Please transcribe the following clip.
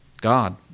God